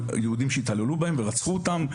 בהם היו היהודים שהתעללו בהם ורצחו אותם.